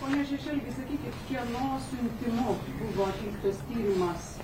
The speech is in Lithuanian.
pone šešelgi sakykit kieno siuntimu buvo atliktas tyrimas